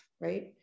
right